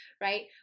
right